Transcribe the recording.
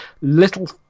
Little